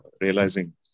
realizing